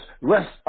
rest